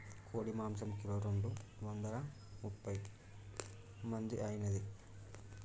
కోడి మాంసం కిలో రెండు వందల ముప్పై మంది ఐనాది